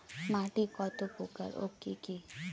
মাটি কত প্রকার ও কি কি?